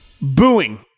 Booing